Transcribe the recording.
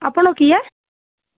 ଆପଣ କିଏ